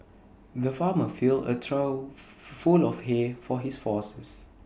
the farmer filled A trough full of hay for his horses